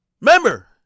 Remember